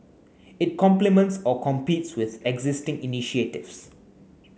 it complements or competes with existing initiatives